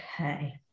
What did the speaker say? Okay